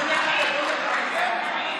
להלן תוצאות ההצבעה: בעד,